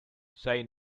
say